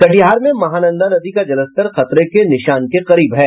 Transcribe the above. कटिहार में महानंदा नदी का जलस्तर खतरे के निशान के करीब है